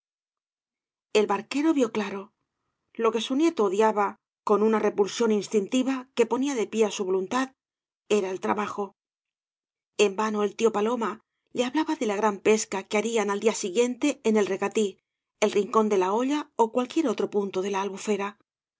el barquero vio claro lo que su nieto odiaba con una repulsión instintiva que ponía de pie su voluntad era el trabajo en vano el tío paloma le hablaba de la gran pesca que harían al día siguiente en el recatí el rincón de la olla ó cualquier otro punto de la albufera